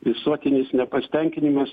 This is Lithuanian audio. visuotinis nepasitenkinimas